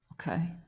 Okay